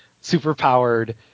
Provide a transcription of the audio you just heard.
super-powered